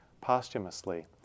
posthumously